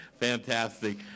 Fantastic